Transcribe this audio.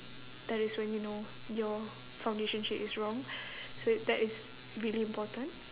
that is when you know your foundation shade is wrong so that is really important